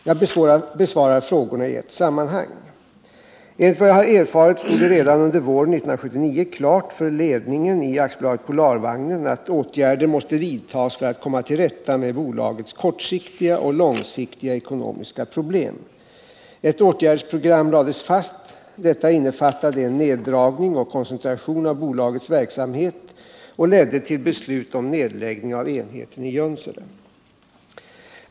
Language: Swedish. Jag besvarar frågorna i ett sammanhang. Enligt vad jag har erfarit stod det redan under våren 1979 klart för ledningen i AB Polarvagnen att åtgärder måste vidtas för att komma till rätta med bolagets kortsiktiga och långsiktiga ekonomiska problem. Ett åtgärdsprogram lades fast. Detta innefattade en neddragning och koncentration av bolagets verksamhet och ledde till beslut om nedläggning av enheten i Junsele.